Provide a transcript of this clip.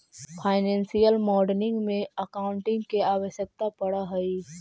financial modelling में accounting के आवश्यकता पड़ऽ हई